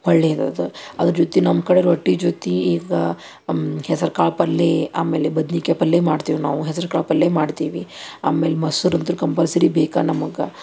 ಒಳ್ಳೇದು ಅದು ಅದ್ರ ಜೊತೆ ನಮ್ಮ ಕಡೆ ರೊಟ್ಟಿ ಜೊತೆ ಈಗ ಹೆಸ್ರು ಕಾಳು ಪಲ್ಲೆ ಆಮೇಲೆ ಬದ್ನಿಕಾಯಿ ಪಲ್ಲೆ ಮಾಡ್ತೀವಿ ನಾವು ಹೆಸ್ರು ಕಾಳು ಪಲ್ಲೆ ಮಾಡ್ತೀವಿ ಆಮೇಲೆ ಮೊಸ್ರು ಅಂತೂ ಕಂಪಲ್ಸರಿ ಬೇಕು ನಮಗೆ